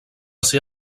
ser